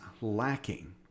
lacking